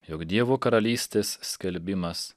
jog dievo karalystės skelbimas